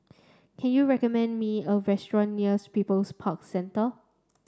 can you recommend me a restaurant nears People's Park Centre